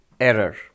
error